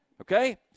Okay